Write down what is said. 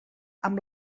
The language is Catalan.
amb